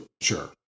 sure